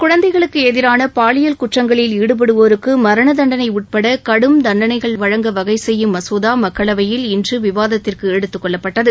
குழந்தைகளுக்கு எதிரான பாலியல் குற்றங்களில் ஈடுபடுவோருக்கு மரண தண்டனை உட்பட கடும் தண்டனைகள் வழங்க வகை செய்யும் மசோதா மக்களவையில் இன்று விவாதத்திற்கு எடுத்துக் கொள்ளப்பட்டது